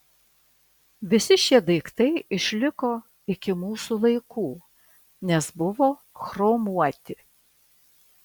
visi šie daiktai išliko iki mūsų laikų nes buvo chromuoti